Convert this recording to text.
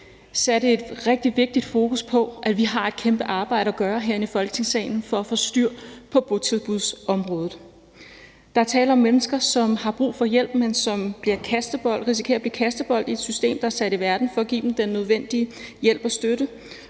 sige satte et rigtig vigtigt fokus på, at vi har et kæmpe arbejde at gøre herinde i Folketingssalen for at få styr på botilbudbudsområdet. Der er tale om mennesker, som har brug for hjælp, men som risikerer at blive kastebold i et system, der er sat i verden for at give dem den nødvendige hjælp og støtte,